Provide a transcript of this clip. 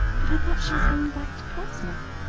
but i thought she was going back to portsmouth?